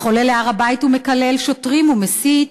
אך עולה להר-הבית ומקלל שוטרים ומסית.